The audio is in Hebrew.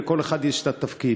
לכל אחד יש תפקיד,